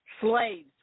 Slaves